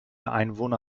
einwohner